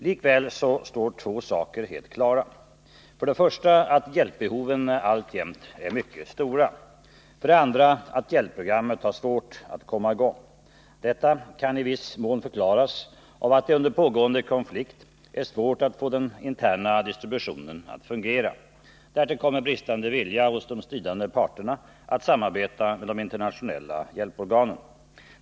Likväl står två saker helt klara: För det första att hjälpbehoven alltjämt är mycket stora. För det andra att hjälpprogrammet har svårt att komma i gång. Detta kan i viss mån förklaras av att det under pågående konflikt är svårt att få den interna distributionen att fungera. Därtill kommer bristande vilja hos de stridande parterna att samarbeta med de internationella hjälporganen.